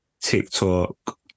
TikTok